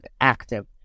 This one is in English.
active